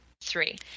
three